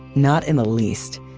not in the least.